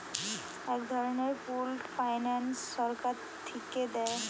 এক ধরনের pooled finance সরকার থিকে দেয়